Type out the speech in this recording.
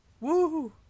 Woo